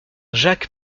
jack